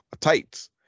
tights